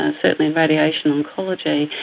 and certainly in radiation oncology,